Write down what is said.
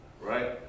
right